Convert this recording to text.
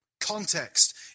context